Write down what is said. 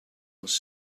was